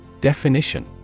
Definition